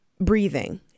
breathing